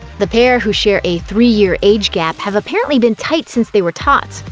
the pair, who share a three year age gap, have apparently been tight since they were tots,